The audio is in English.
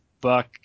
buck